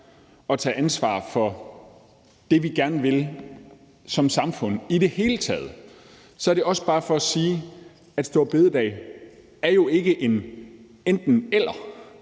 at tage ansvar for det, vi gerne vil som samfund i det hele taget, er det også bare for at sige, at det jo ikke er enten-eller